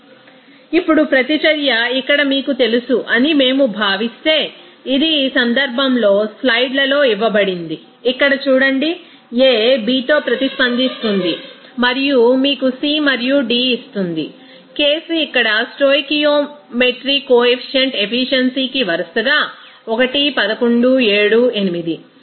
refer slide time 0717 ఇప్పుడుప్రతిచర్య ఇక్కడ మీకు తెలుసు అని మేము భావిస్తే ఇది ఈ సందర్భంలో స్లైడ్లలో ఇవ్వబడింది ఇక్కడ చూడండి A B తో ప్రతిస్పందిస్తుంది మరియు మీకు C మరియు D ఇస్తుంది కేసు ఇక్కడ స్టోయికియోమెట్రీ కొఎఫిషియంట్ ఎఫిషియన్సీ కి వరుసగా 1 11 7 8